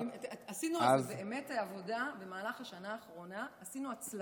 עשינו על זה עבודה במהלך השנה האחרונה, על כל